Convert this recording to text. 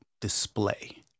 display